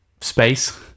space